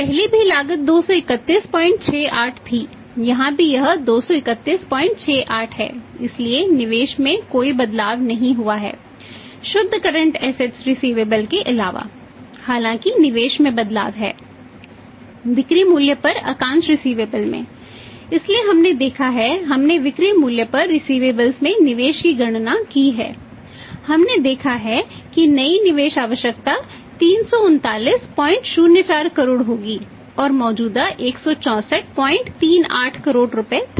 पहले भी लागत 23168 थी यहाँ भी यह 23168 है इसलिए निवेश में कोई बदलाव नहीं हुआ है शुद्ध करंट एसेट्स में निवेश की गणना की है हमने देखा है कि नई निवेश आवश्यकता 33904 करोड़ होगी और मौजूदा 16438 करोड़ रुपये था